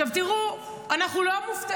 עכשיו תראו, אנחנו לא מופתעים.